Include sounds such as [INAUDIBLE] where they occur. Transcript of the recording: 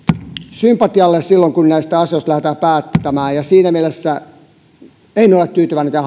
sympatialle silloin kun näistä asioista lähdetään päättämään siinä mielessä en ole ole tyytyväinen [UNINTELLIGIBLE]